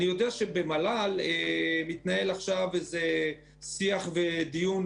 אני יודע שבמל"ל מתנהל עכשיו שיח ודיון